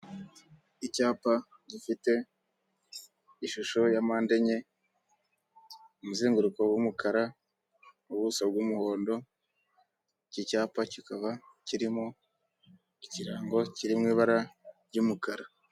Icyapa gifite ishusho ya mpande enye, umuzenguruko w'umukara, ubuso bw'umuhondo, iki cyapa kikaba kirimo ikirango kiri mu ibara ry'umukara.